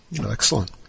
Excellent